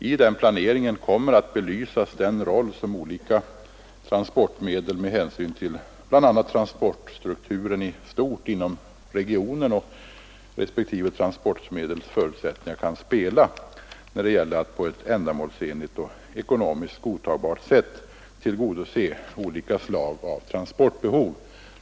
I den planeringen kommer att belysas den roll som olika transportmedel, med hänsyn till bl.a. transportstrukturen i stort inom regionen och respektive transportmedels förutsättningar, kan spela när det gäller att på ett ändamålsenligt och ekonomiskt godtagbart sätt tillgodose olika slag av transportbehov.